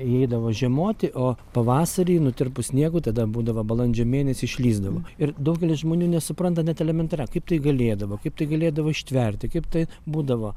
įeidavo žiemoti o pavasarį nutirpus sniegui tada būdavo balandžio mėnesį išlįsdavo ir daugelis žmonių nesupranta net elementaria kaip tai galėdavo kaip tai galėdavo ištverti kaip tai būdavo